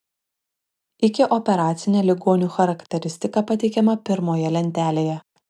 ikioperacinė ligonių charakteristika pateikiama pirmoje lentelėje